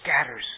scatters